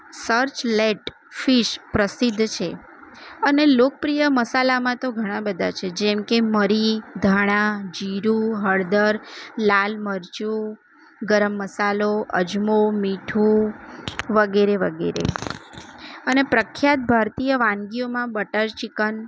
search લેટ ફિશ પ્રસિદ્ધ છે અને લોકપ્રિય મસાલામાં તો ઘણા બધા છે જેમ કે મરી ધાણા જીરું હળદર લાલ મરચું ગરમ મસાલો અજમો મીઠું વગેરે વગેરે અને પ્રખ્યાત ભારતીય વાનગીઓમાં બટર ચિકન